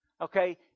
Okay